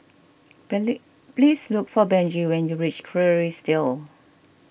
please look for Benji when you reach Kerrisdale